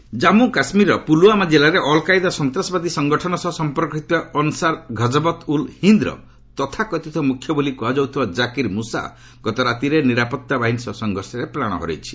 JK Musa Jammu କାଶ୍ମୀରର ପୁଲୱାମା ଜିଲ୍ଲାରେ Al Qaeda ସନ୍ତାସବାଦୀ ସଂଗଂନ ସହ ସମ୍ପର୍କ ରଖିଥିବା ଅନସାର୍ ଘକବତ୍ ଉଲ୍ ହିନ୍ଦ୍ର ତଥାକଥିତ ମୁଖ୍ୟ ବୋଲି କୁହାଯାଉଥିବା କାକିର୍ ମୃଷା ଗତ ରାତିରେ ନିରାପତ୍ତା ବାହିନୀ ସହ ସଂଘର୍ଷରେ ପ୍ରାଣ ହରାଇଛି